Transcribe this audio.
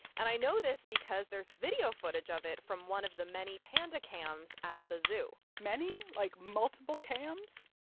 and i know this because there's video footage of it from one of the many panda cams at the zoo many? like, multiple cams?